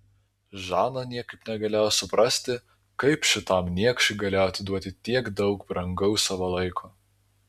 žana niekaip negalėjo suprasti kaip šitam niekšui galėjo atiduoti tiek daug brangaus savo laiko